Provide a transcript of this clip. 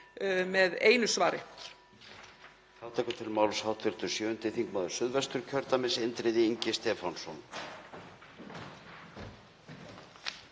með einu svari.